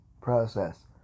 process